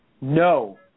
No